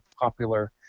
popular